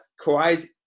Kawhi's